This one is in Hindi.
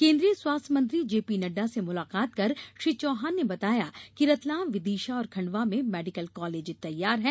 केन्द्रीय स्वास्थ्य मंत्री जेपीनड्डा से मुलाकात कर श्री चौहान ने बताया कि रतलाम विदिशा और खंडवा में मेडिकल कॉलेज तैयार है